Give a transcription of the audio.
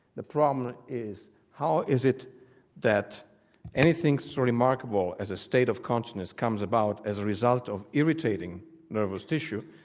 the problem is, how is it that anything so remarkable as a state of consciousness comes about as a result of irritating nervous tissue.